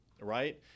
right